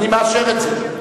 אני מאשר את זה.